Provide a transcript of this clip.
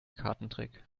kartentrick